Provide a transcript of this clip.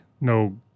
no